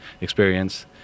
experience